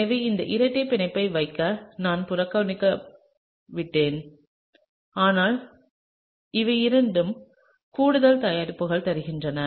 எனவே இந்த இரட்டை பிணைப்பை வைக்க நான் புறக்கணித்துவிட்டேன் ஆனால் இவை இரண்டு கூடுதல் தயாரிப்புகள் தருகிறது